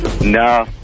No